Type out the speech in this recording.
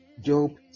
Job